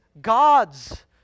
God's